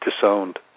disowned